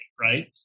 right